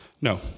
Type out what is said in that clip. No